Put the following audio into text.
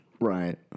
Right